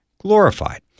glorified